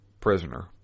prisoner